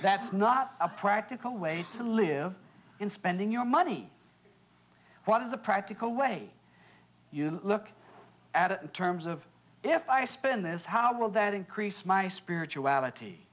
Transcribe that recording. that's not a practical way to live in spending your money what is the practical way you look at it in terms of if i spend this how will that increase my spirituality